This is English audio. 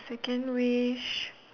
second wish